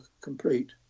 complete